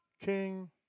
King